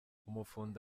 umufundi